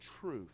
truth